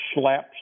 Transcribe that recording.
slaps